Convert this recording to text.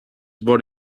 born